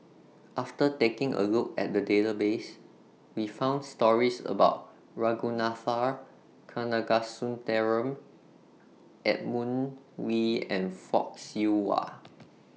after taking A Look At The Database We found stories about Ragunathar Kanagasuntheram Edmund Wee and Fock Siew Wah